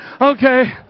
Okay